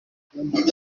quand